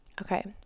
Okay